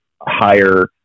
higher